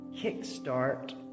kickstart